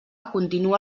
continua